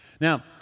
Now